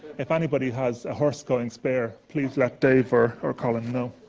if anybody has a horse going spare, please let dave or or colin know.